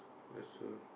guess so